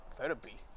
therapy